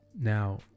now